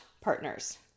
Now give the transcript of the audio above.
partners